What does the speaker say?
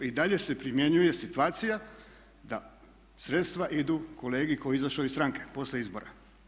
I dalje se primjenjuje situacija da sredstva idu kolegi koji je izašao iz stranke poslije izbora.